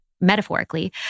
metaphorically